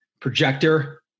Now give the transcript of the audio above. projector